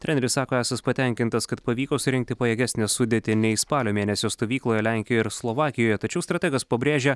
treneris sako esąs patenkintas kad pavyko surinkti pajėgesnę sudėtį nei spalio mėnesio stovykloje lenkijoje ir slovakijoje tačiau strategas pabrėžia